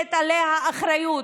שמוטלת עליה אחריות,